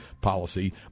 policy